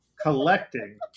collecting